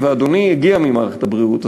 ואדוני הגיע ממערכת הבריאות,